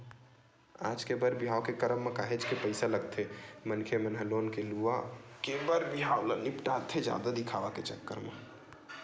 आज के बर बिहाव के करब म काहेच के पइसा लगथे मनखे मन ह लोन ले लुवा के बर बिहाव ल निपटाथे जादा दिखावा के चक्कर म